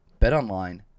BetOnline